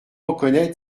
reconnaître